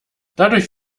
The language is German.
dadurch